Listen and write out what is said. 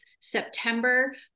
September